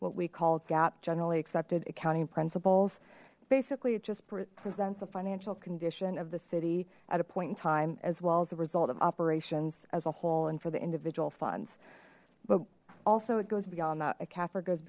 what we call gaap generally accepted accounting principles basically it just presents the financial condition of the city at a point in time as well as a result of operations as a whole and for the individual funds but also it goes beyond that